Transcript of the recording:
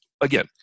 again